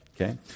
Okay